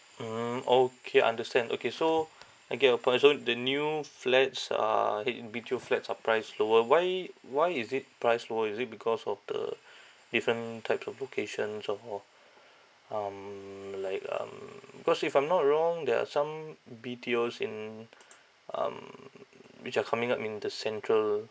mm okay understand okay so I get your point so the new flats are B_T_O flats are priced lower why why is it priced lower is it because of the different types of locations or or um like um because if I'm not wrong there are some B_T_Os in um which are coming up in the central